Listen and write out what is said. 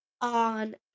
on